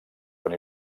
són